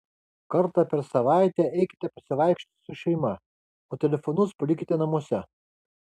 kartą per savaitę eikite pasivaikščioti su šeima o telefonus palikite namuose